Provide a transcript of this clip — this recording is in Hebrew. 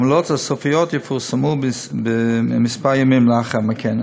המלצות סופיות יפורסמו כמה ימים לאחר מכן.